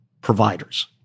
providers